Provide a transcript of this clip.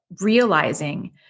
realizing